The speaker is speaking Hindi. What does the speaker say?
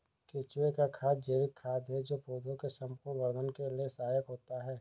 केंचुए का खाद जैविक खाद है जो पौधे के संपूर्ण वर्धन के लिए सहायक होता है